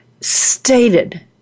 stated